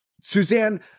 suzanne